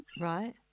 Right